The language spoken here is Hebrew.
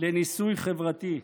לניסוי חברתי?